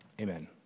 amen